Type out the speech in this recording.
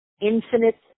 infinite